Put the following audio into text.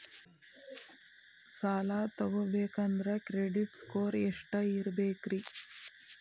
ಸಾಲ ತಗೋಬೇಕಂದ್ರ credit score ಎಷ್ಟ ಇರಬೇಕ್ರಿ?